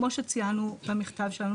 כמו שציינו במכתב שלנו,